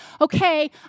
Okay